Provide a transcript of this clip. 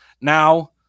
now